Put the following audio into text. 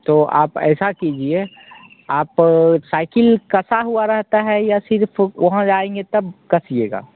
तो आप ऐसा कीजिए आप साइकिल कसा हुआ रहता है या सिर्फ़ वहाँ आएँगे तब कसिएगा